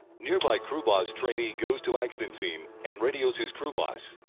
nearby crew boss trainee goes to accident scene and radios his crew boss,